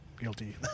guilty